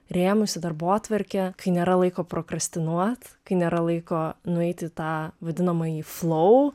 rėmus į darbotvarkę kai nėra laiko prokrastinuot kai nėra laiko nueit į tą vadinamąjį flau